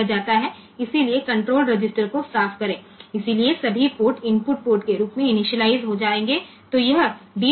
તેથી નિયંત્રણ register clear કરીએ તો તમામ પોર્ટ ઇનપુટ પોર્ટ તરીકે પ્રારંભ થશે